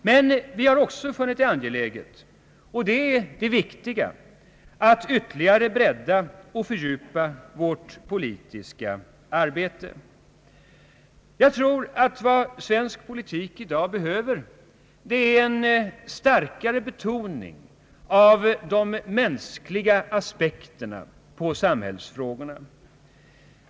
Men vi har också funnit det angeläget — och det är det viktiga — att ytterligare bredda och fördjupa vårt politiska arbete. Vad svensk politik i dag behöver är en starkare betoning av de mänskliga aspekterna på samhällsfrågorna.